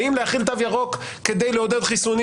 האם להחיל תו ירוק כדי לעודד חיסונים.